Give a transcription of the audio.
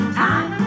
time